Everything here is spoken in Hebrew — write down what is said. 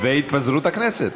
והתפזרות הכנסת.